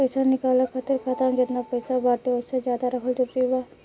पईसा निकाले खातिर खाता मे जेतना पईसा बाटे ओसे ज्यादा रखल जरूरी बा?